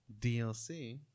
DLC